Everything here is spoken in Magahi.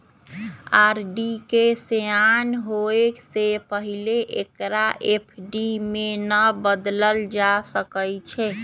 आर.डी के सेयान होय से पहिले एकरा एफ.डी में न बदलल जा सकइ छै